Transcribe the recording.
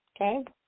Okay